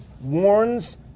warns